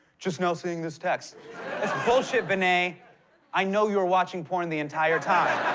just now seeing this text! it's bullshit, vinay. i know you were watching porn the entire time.